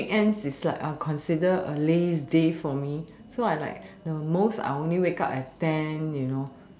weekends is like I'll consider a lazy day for me so I like the most I'll only wake up at ten you know